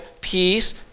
peace